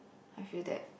I feel that